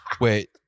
Wait